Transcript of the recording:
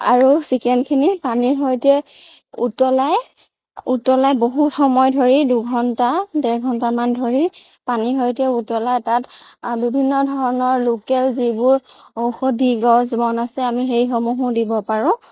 আৰু চিকেনখিনি পানীৰ সৈতে উতলাই উতলাই বহু সময় ধৰি দুঘণ্টা ডেৰ ঘণ্টামান ধৰি পানীৰ সৈতে উতলাই তাত বিভিন্ন ধৰণৰ লোকেল যিবোৰ ঔষধি গছ বন আছে আমি সেইসমূহো দিব পাৰোঁ